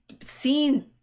seen